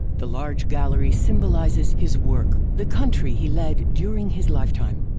the large gallery symbolizes his work, the country he led during his lifetime.